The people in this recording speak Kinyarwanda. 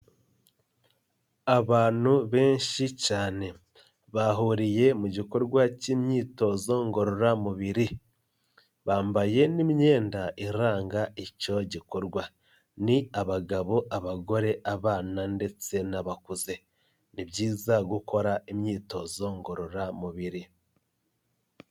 Abantu benshi cyane, bahuriye mu gikorwa cy'imyitozo ngororamubiri, bambaye n'iyenda iranga icyo gikorwa, ni abagabo, abagore, abana ndetse n'abakuze, ni byiza gukora imyitozo ngororamubiri.